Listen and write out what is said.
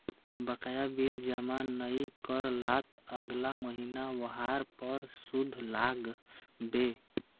बकाया बिल जमा नइ कर लात अगला महिना वहार पर सूद लाग बे